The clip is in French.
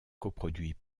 coproduit